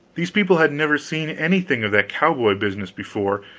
these people had never seen anything of that cowboy business before,